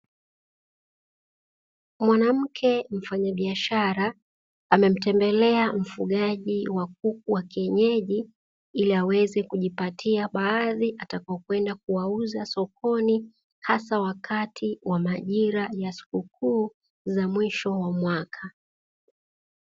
Mwanamke mfanyabiashara amemtembelea mfugaji wa kuku wa kienyeji ili aweze kujipatia baadhi atakaokwenda kuwauza sokoni hasa wakati wa majira ya sikukuu za mwisho wa mwaka.